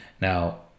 Now